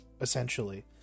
essentially